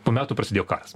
po metų prasidėjo karas